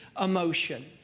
emotion